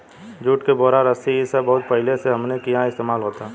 जुट के बोरा, रस्सी इ सब बहुत पहिले से हमनी किहा इस्तेमाल होता